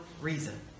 reason